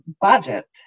budget